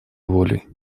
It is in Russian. волей